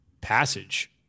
passage